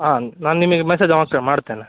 ಹಾಂ ನಾನು ನಿಮಗೆ ಮೆಸೇಜ್ ಮಾಡ್ತೇನೆ